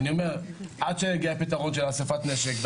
עד שיגיע הפתרון של אסיפת נשק,